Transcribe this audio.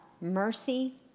mercy